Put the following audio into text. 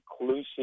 inclusive